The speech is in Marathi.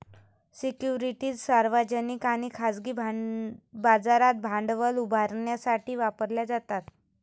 सिक्युरिटीज सार्वजनिक आणि खाजगी बाजारात भांडवल उभारण्यासाठी वापरल्या जातात